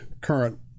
current